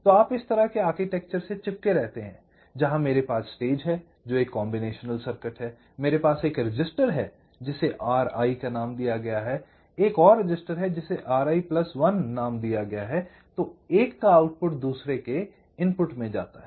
तो आप इस तरह के आर्किटेक्चर से चिपके रहते हैं जहां मेरे पास स्टेज है जो एक कॉम्बिनेशन सर्किट है मेरे पास एक रजिस्टर है जिसे Ri नाम दिया गया है एक और रजिस्टर है जिसे Ri1 नाम दिया गया है तो एक का आउटपुट दूसरे के इनपुट में जाता है